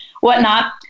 whatnot